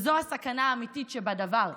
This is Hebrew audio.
זו הסכנה האמיתית שבדבר.